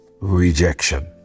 rejection